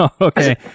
okay